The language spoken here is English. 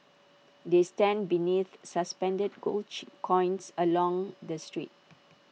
they stand beneath suspended gold coins along the street